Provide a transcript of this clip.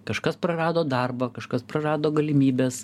kažkas prarado darbą kažkas prarado galimybes